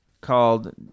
called